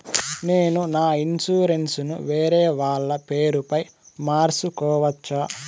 నేను నా ఇన్సూరెన్సు ను వేరేవాళ్ల పేరుపై మార్సుకోవచ్చా?